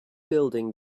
building